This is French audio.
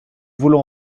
voulons